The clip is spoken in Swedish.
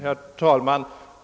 Herr talman!